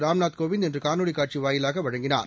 ராம்நாத் கோவிந்த் இன்று காணொலி காட்சி வாயிலாக வழங்கினார்